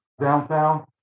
downtown